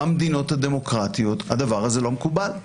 במדינות הדמוקרטיות הדבר הזה לא מקובל,